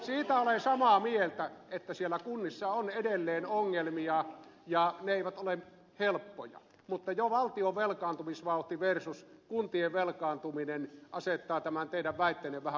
siitä olen samaa mieltä että siellä kunnissa on edelleen ongelmia ja ne eivät ole helppoja mutta jo valtion velkaantumisvauhti versus kuntien velkaantuminen asettaa tämän teidän väitteenne vähän uskomattomaan valoon